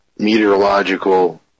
Meteorological